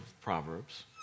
Proverbs